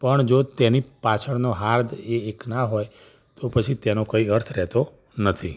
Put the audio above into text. પણ જો તેની પાછળનો હાર્દ એ એક ના હોય તો પછી તેનો કોઈ અર્થ રહેતો નથી